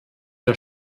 der